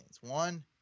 one